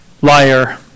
liar